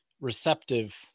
receptive